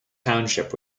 township